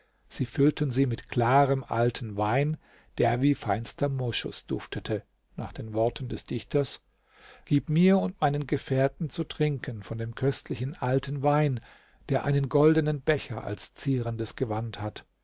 sie füllten sie mit klarem altem wein der wie feinster moschus duftete nach den worten des dichters gib mir und meinen gefährten zu trinken von dem köstlichen alten wein der einen goldenen becher als zierendes gewand hat